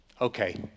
Okay